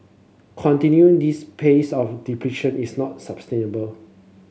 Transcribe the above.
continuing this pace of depletion is not sustainable